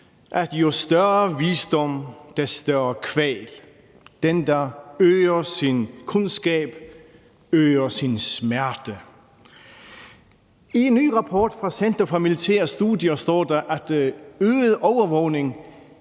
at jo større visdom, des større kval; den, der øger sin kundskab, øger sin smerte. I en ny rapport fra Center for Militære Studier står der, at øget overvågning